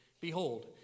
Behold